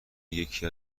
یکی